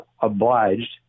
obliged